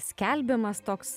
skelbiamas toks